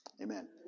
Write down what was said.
amen